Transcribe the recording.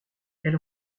elle